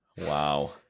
Wow